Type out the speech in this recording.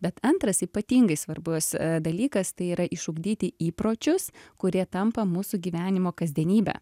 bet antras ypatingai svarbus dalykas tai yra išugdyti įpročius kurie tampa mūsų gyvenimo kasdienybe